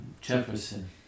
Jefferson